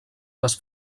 les